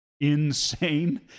insane